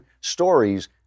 stories